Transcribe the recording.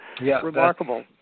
remarkable